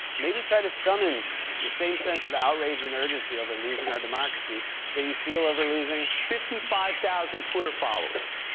maybe try to summon the same sense of outrage and urgency over losing our democracy that you feel over losing. fifty five thousand twitter follower. so